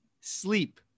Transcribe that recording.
sleep